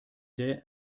der